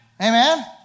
Amen